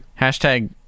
Hashtag